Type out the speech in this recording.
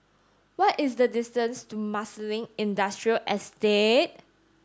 what is the distance to Marsiling Industrial Estate